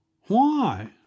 Why